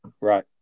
Right